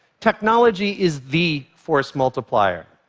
technology is the force multiplier.